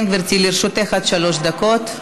כן, גברתי, לרשותך עד שלוש דקות.